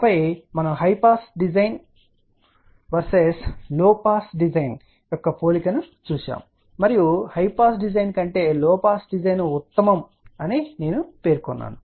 ఆపై మనము high pass design versus low pass design యొక్క పోలిక చూశాము మరియు హై పాస్ డిజైన్ కంటే లో పాస్ డిజైన్ సాధారణంగా ఉత్తమం అని నేను పేర్కొన్నాను